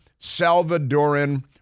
Salvadoran